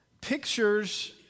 pictures